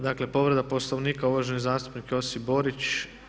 Dakle povreda Poslovnika, uvaženi zastupnik Josip Borić.